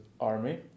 army